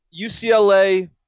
UCLA